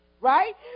Right